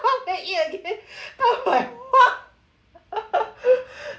can't eat already oh my god